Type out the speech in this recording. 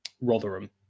Rotherham